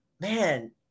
man